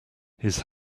his